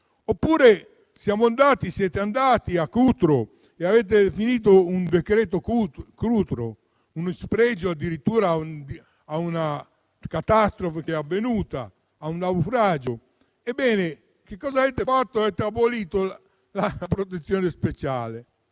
questo terreno. Siete andati a Cutro e avete definito un decreto-legge Cutro, in spregio a una catastrofe avvenuta, a un naufragio. Ebbene, che cosa avete fatto? Avete abolito la protezione speciale.